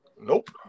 nope